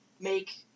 make